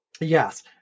Yes